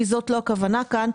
כי זאת לא הכוונה כאן.